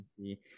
see